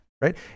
right